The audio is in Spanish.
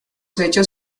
hechos